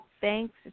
Thanks